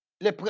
les